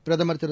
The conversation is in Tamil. பிரதமர் திரு